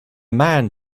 man